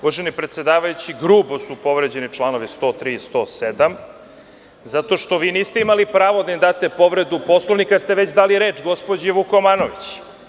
Uvaženi predsedavajući, grubo su povređeni čl. 103. i 107, zato što vi niste imali pravo da im date povredu Poslovnika jer ste već dali reč gospođi Vukomanović.